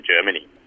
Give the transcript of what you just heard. Germany